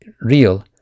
real